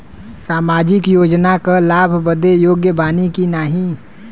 सामाजिक योजना क लाभ बदे योग्य बानी की नाही?